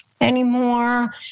anymore